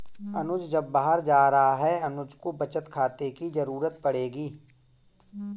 अनुज अब बाहर जा रहा है अनुज को बचत खाते की जरूरत पड़ेगी